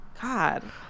God